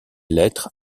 lettres